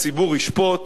הציבור ישפוט,